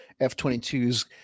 F-22s